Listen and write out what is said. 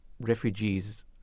refugees